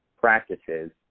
practices